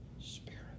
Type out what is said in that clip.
spirit